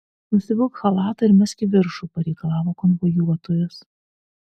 nusivilk chalatą ir mesk į viršų pareikalavo konvojuotojas